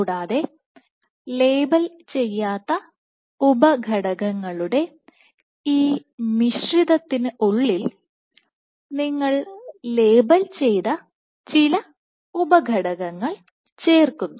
കൂടാതെ ലേബൽ ചെയ്യാത്ത ഉപഘടകങ്ങളുടെ ഈ മിശ്രിതത്തിനുള്ളിൽ നിങ്ങൾ ലേബൽ ചെയ്ത ചില ഉപഘടകങ്ങൾ ചേർക്കുന്നു